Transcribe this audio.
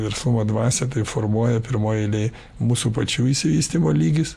verslumo dvasią tai formuoja pirmoj eilėj mūsų pačių išsivystymo lygis